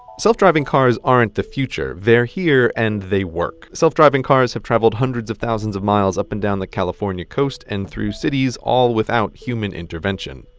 self-driving cars aren't the future they're here and they work. self-driving cars have travelled hundreds of thousands of miles up and down the california coast and through cities all without human intervention.